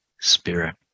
spirit